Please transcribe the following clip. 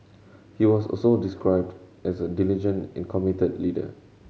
he was also described as a diligent and committed leader